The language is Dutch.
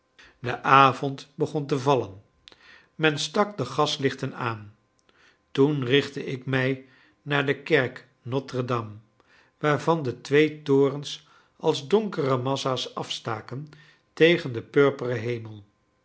de avond begon te vallen men stak de gaslichten aan toen richtte ik mij naar de kerk nôtre dame waarvan de twee torens als donkere massa's afstaken tegen den purperen hemel